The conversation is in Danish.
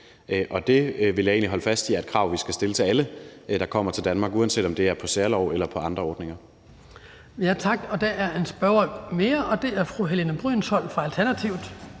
jeg egentlig holde fast i er et krav vi skal stille til alle, der kommer til Danmark, uanset om det er via særlove eller andre ordninger.